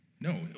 No